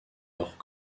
leurs